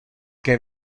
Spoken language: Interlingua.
que